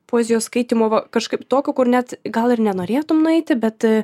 poezijos skaitymo kažkaip tokio kur net gal ir nenorėtum nueiti bet